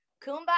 Kumbaya